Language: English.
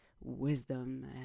wisdom